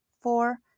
four